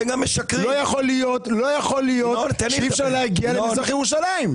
לא יכול להיות שאי אפשר להגיע למזרח ירושלים.